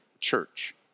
church